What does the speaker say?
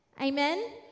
Amen